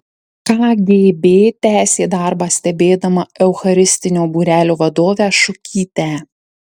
kgb tęsė darbą stebėdama eucharistinio būrelio vadovę šukytę